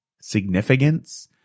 significance